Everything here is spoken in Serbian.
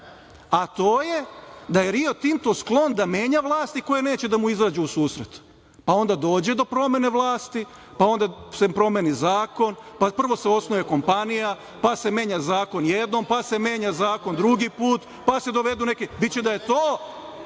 a to je da je Rio Tinto sklon da menja vlasti koje neće da mu izađu u susret, pa onda dođe do promene vlasti, pa onda se promeni zakon, pa se prvo osnuje kompanija, pa se menja zakon jedno, pa se menja zakon drugi put, pa se dovedu neki,